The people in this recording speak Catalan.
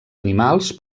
animals